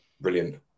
brilliant